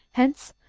hence,